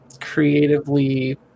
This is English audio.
creatively